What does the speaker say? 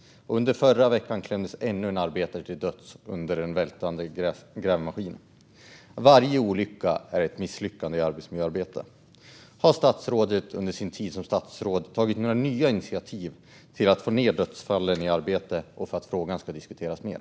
Under förra veckan klämdes ännu en arbetare till döds under en vältande grävmaskin. Varje olycka är ett misslyckande i arbetsmiljöarbetet. Har statsrådet under sin tid som statsråd tagit några nya initiativ för att få ned dödsfallen i arbete och för att frågan ska diskuteras mer?